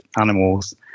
animals